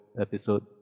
episode